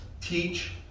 Teach